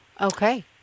okay